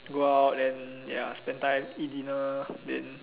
go out then ya spend time eat dinner then